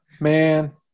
Man